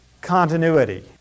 continuity